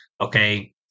Okay